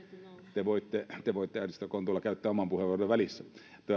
te voitte te voitte edustaja kontula käyttää oman puheenvuoronne jossain välissä